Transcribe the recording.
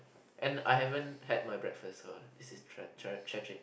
and I haven't had my breakfast so it's it's tragic